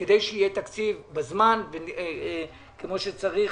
כדי שיהיה תקציב בזמן וכמו שצריך.